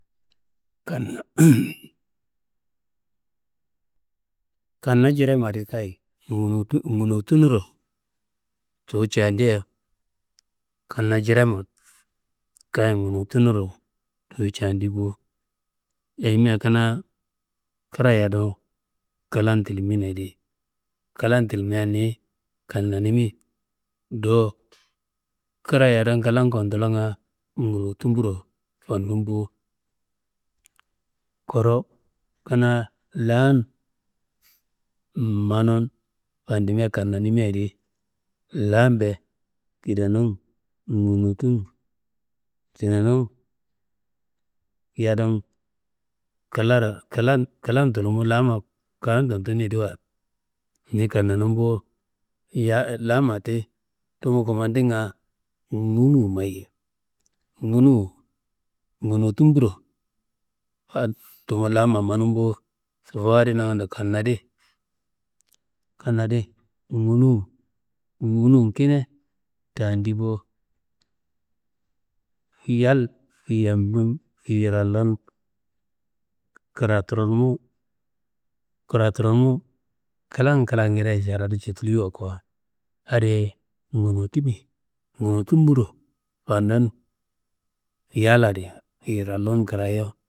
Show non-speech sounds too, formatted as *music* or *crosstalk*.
*noise* Kanna jiremma adi kayi ngunuturo tuyi cendia? Kanna jiremma kayi ngunutunuro tuyi cendi bo, ayimia kanaa fada yadumu klan tiliminayedi, klan tilimea niyi kannanimi. Do kra yadumu klan kudulonga ngunutumburo fandum bo. Kuru kanaa laan manun fandimea kananmia adi, laanmbe kidenun ngunutun tinenum yadun klan tulumu laama kandun tunuyediwa ni kannanum bo, laama ti tumu kemadinga gunuwu mayi, ngunuwu ngunutumburo tumu laama manum bo. Sobowu adi nangando kanna di kanna di ngunuwu, ngunuwu kine tendi bo. Yal yambum yirallun kratoronumu kratronumu klan krangedea caradu cetiliwa ko, adi ngunutimi ngunutumburo fandun yal adi yirallun krayo.